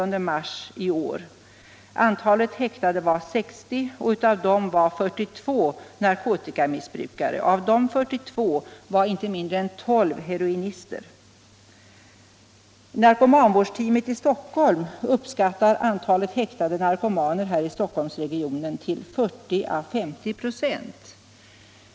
Narkotikavårdsteamet i Stockholm uppskattar andelen häktade narkomaner här i Stockholmsregionen till 40 å 50 26.